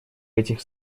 этих